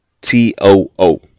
T-O-O